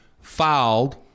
filed